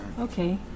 Okay